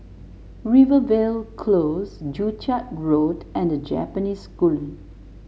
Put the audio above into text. Rivervale Close Joo Chiat Road and The Japanese School